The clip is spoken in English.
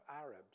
Arabs